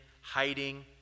hiding